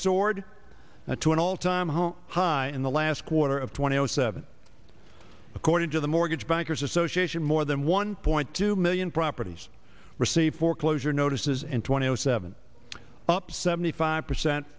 soared to an all time home high in the last quarter of twenty zero seven according to the mortgage bankers association more than one point two million properties receive foreclosure notices and twenty zero seven up seventy five percent